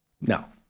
No